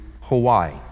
Hawaii